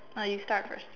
nah you start first